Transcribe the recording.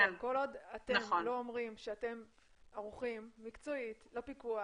כל עוד אתם לא אומרים שאתם ערוכים מקצועית לפיקוח,